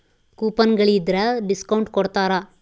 coupon ಗಳಿದ್ರ discount ಕೊಡ್ತಾರ